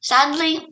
Sadly